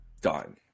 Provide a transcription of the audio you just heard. done